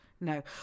No